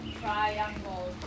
Triangle